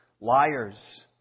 liars